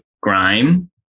grime